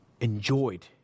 enjoyed